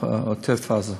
ועוטף-עזה.